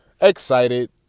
excited